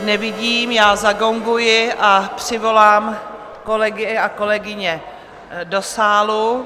Nevidím, já zagonguji a přivolám kolegy a kolegyně do sálu.